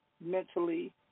mentally